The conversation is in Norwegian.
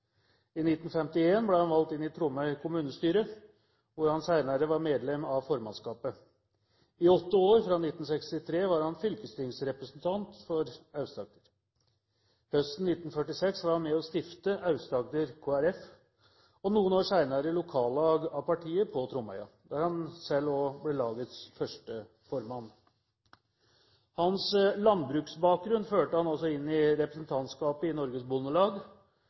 I 1951 ble han valgt inn i Tromøy kommunestyre, hvor han senere var medlem av formannskapet. I åtte år fra 1963 var han fylkestingsrepresentant for Aust-Agder. Høsten 1946 var han med på å stifte Aust-Agder Kristelig Folkeparti, og noen år senere lokallag av partiet på Tromøya, der han selv også ble lagets første formann. Hans landbruksbakgrunn førte ham også inn i representantskapet i Norges Bondelag